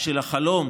של חלום